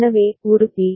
எனவே ஒரு பி